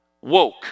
woke